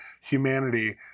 humanity